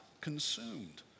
consumed